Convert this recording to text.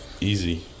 easy